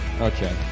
okay